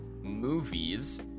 movies